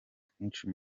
twinshi